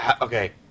Okay